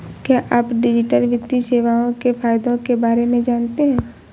क्या आप डिजिटल वित्तीय सेवाओं के फायदों के बारे में जानते हैं?